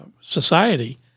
society